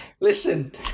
Listen